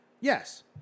Yes